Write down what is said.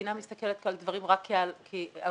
המדינה מסתכלת רק על דברים כעל הוצאה,